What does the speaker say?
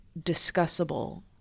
discussable